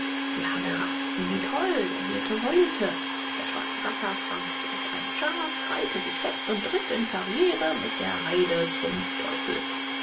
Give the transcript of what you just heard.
die hammel rasten wie toll der hirte heulte der schwarze racker schwang sich auf ein schaf krallte sich fest und ritt in karriere mit der heide zum teufel